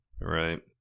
Right